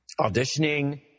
auditioning